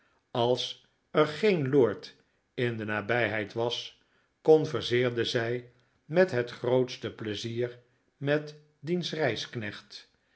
als er geen lord in de nabijheid was converseerde zij met het grootste plezier met diens